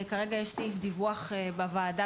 כרגע יש סעיף דיווח בוועדה,